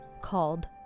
called